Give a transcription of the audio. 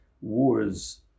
wars